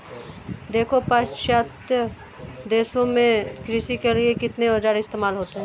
देखो पाश्चात्य देशों में कृषि के लिए कितने औजार इस्तेमाल होते हैं